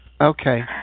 Okay